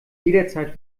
jederzeit